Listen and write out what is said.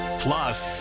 plus